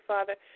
Father